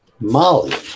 Molly